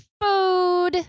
food